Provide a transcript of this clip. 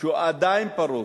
שהוא עדיין פרוץ.